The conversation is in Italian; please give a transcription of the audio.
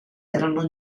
erano